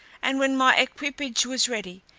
and when my equipage was ready,